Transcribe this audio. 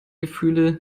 gefühle